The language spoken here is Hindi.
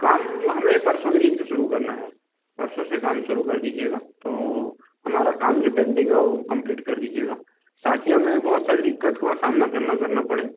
काम हमें परसों के दिन से शुरू करना है परसों से काम शुरू कर दीजिएगा तो हमारा काम जो पेंडिंग है वो कम्प्लीट कर दीजिएगा ताकि हमें बहुत सारी दिक्कत को सामना करना करना पड़े